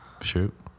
Shoot